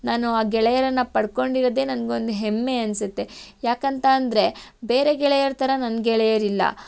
ನಾನು ಆ ಗೆಳೆಯರನ್ನು ಪಡ್ಕೊಂಡಿರುವುದೇ ನನಗೊಂದು ಹೆಮ್ಮೆ ಅನ್ಸುತ್ತೆ ಯಾಕೆಂತ ಅಂದರೆ ಬೇರೆ ಗೆಳೆಯರ ಥರ ನನ್ನ ಗೆಳೆಯರಿಲ್ಲ